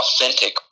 authentic